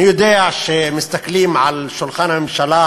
אני יודע שכשמסתכלים על שולחן הממשלה